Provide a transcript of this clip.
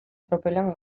tropelean